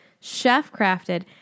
chef-crafted